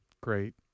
great